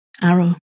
arrow